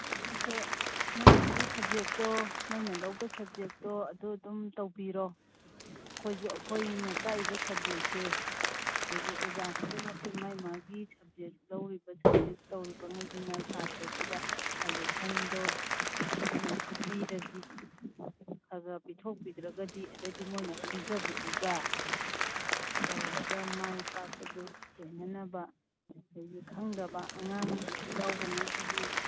ꯑꯗꯣ ꯅꯪꯒꯤꯁꯤ ꯁꯕꯖꯦꯛꯇꯣ ꯅꯣꯏꯅ ꯂꯧꯕ ꯁꯕꯖꯦꯛꯇꯣ ꯑꯗꯨ ꯑꯗꯨꯝ ꯇꯧꯕꯤꯔꯣ ꯑꯩꯈꯣꯏꯁꯨ ꯑꯩꯈꯣꯏꯅ ꯇꯥꯛꯏꯕ ꯁꯕꯖꯦꯛꯁꯦ ꯍꯥꯏꯗꯤ ꯑꯣꯖꯥ ꯈꯨꯗꯤꯡꯛꯀꯤ ꯃꯥꯏ ꯃꯥꯒꯤ ꯁꯕꯖꯦꯛ ꯂꯧꯔꯤꯕ ꯁꯕꯖꯦꯛ ꯇꯧꯔꯤꯕꯉꯩꯁꯤꯅ ꯁꯥꯇ꯭ꯔꯁꯤꯗ ꯁꯖꯦꯁꯟꯇꯣ ꯑꯩꯈꯣꯏꯅ ꯄꯤꯔꯁꯤ ꯈꯒ ꯄꯤꯊꯣꯛꯄꯤꯗ꯭ꯔꯒꯗꯤ ꯍꯥꯏꯗꯤ ꯃꯣꯏꯅ ꯈꯪꯖꯕꯗꯨꯒ ꯇꯧꯔꯒ ꯃꯥꯏ ꯄꯥꯛꯄꯗꯨ ꯍꯦꯟꯅꯅꯕ ꯑꯗꯒꯤ ꯈꯪꯗꯕ ꯑꯉꯥꯡ ꯌꯥꯎꯕꯒꯩꯁꯤꯁꯨ